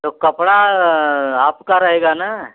तो कपड़ा आपका रहेगा ना